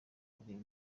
kureba